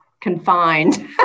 confined